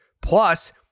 Plus